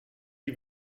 die